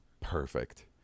perfect